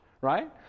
right